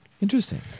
Interesting